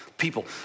people